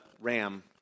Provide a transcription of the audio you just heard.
ram